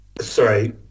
Sorry